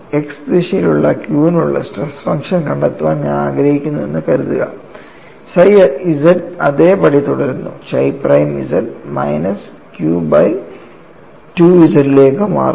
X ദിശയിലുള്ള q നുള്ള stress function കണ്ടെത്താൻ ഞാൻ ആഗ്രഹിക്കുന്നുവെന്ന് കരുതുക psi z അതേപടി തുടരുന്നു chi prime z minus q by 2 z ലേക്ക് മാറുന്നു